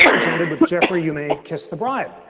which ended with jeffrey, you may kiss the bride.